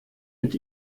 mit